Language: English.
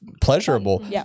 pleasurable